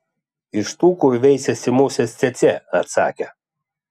iš tų kur veisiasi musės cėcė atsakė